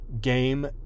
game